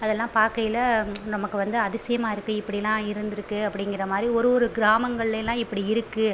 அதெல்லாம் பார்க்கையில நமக்கு வந்து அதிசயமாக இருக்குது இப்படிலாம் இருந்துருக்கு அப்படிங்கிற மாதிரி ஒரு ஒரு கிராமங்களேலாம் இப்படி இருக்குது